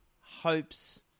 hopes